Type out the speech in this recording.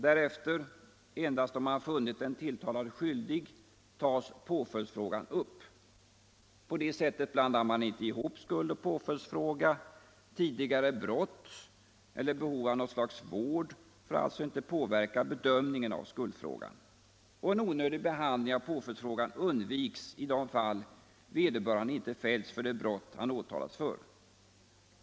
Därefter, endast om man funnit den tilltalade skyldig, tas påföljdsfrågan upp. På det sättet blandar man inte ihop skuldoch påföljdsfrågan. Tidigare brott eller något slags vård får alltså inte påverka bedömningen av skuldfrågan. En onödig behandling av skuldfrågan undviks i de fall vederbörande inte fälls för det brott han åtalats för.